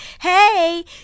hey